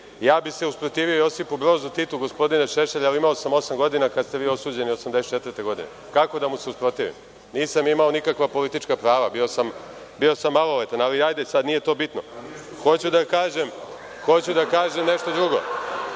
ja bih se usprotivio Josipu Brozu Titu, gospodine Šešelj ali imao sam osam godina kada ste vi osuđeni 1984. godine. Kako da mu se usprotivim? Nisam imao nikakva politička prava, bio sam maloletan, ali hajde nije to sad bitno. Hoću da kažem, nešto drugo.